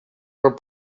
were